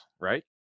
right